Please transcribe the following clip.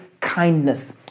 kindness